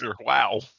wow